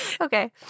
Okay